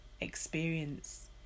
experience